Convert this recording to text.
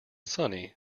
sunny